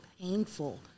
painful